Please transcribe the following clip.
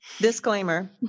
Disclaimer